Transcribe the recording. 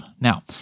Now